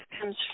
comes